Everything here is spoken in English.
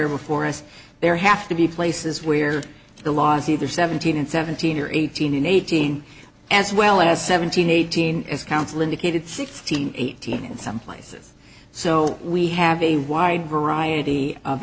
are before us there have to be places where the laws either seventeen and seventeen or eighteen and eighteen as well as seventeen eighteen as counsel indicated sixteen eighteen in some places so we have a wide variety of